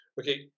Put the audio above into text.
Okay